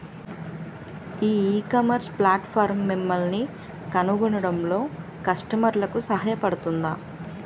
ఈ ecommerce platform మిమ్మల్ని కనుగొనడంలో కస్టమర్లకు సహాయపడుతుందా?